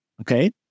okay